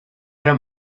don’t